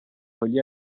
relié